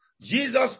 Jesus